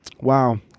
wow